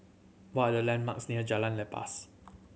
what are the landmarks near Jalan Lepas